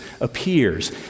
appears